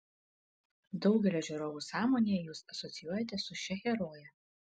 daugelio žiūrovų sąmonėje jūs asocijuojatės su šia heroje